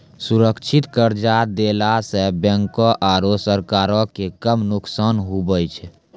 सुरक्षित कर्जा देला सं बैंको आरू सरकारो के कम नुकसान हुवै छै